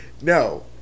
No